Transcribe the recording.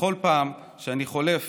ובכל פעם שאני חולף